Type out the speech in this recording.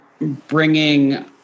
bringing